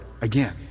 again